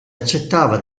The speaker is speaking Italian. accettava